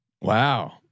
Wow